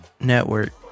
Network